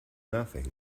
nothing